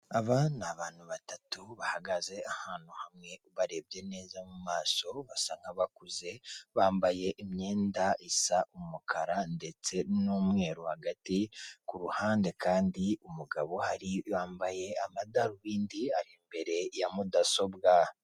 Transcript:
Abana ni abantu batatu bahagaze ahantu hamwe, ubarebye neza mu maso basa nk'abakuze, bambaye imyenda isa umukara ndetse n'umweru hagati, kuruhande kandi hari umugabo wambaye amadarubindi ari imbere ya mudasobwa.